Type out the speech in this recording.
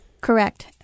Correct